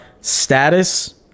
status